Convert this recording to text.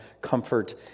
comfort